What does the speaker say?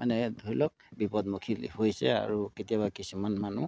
মানে ধৰি লওক বিপদমুখী হৈছে আৰু কেতিয়াবা কিছুমান মানুহ